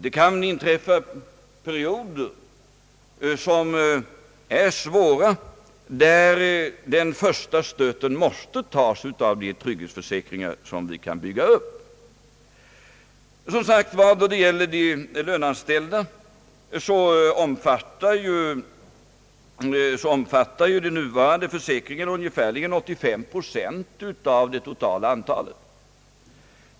Det kan inträffa perioder som är svåra, och där den första stöten måste tas av de trygghetsförsäkringar som vi kan bygga upp. Som sagt, då det gäller de löneanställda omfattar den nuvarande försäkringen ungefärligen 85 procent av det totala antalet.